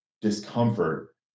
discomfort